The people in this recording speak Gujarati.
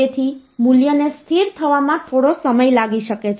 તેથી મૂલ્યને સ્થિર થવામાં થોડો સમય લાગી શકે છે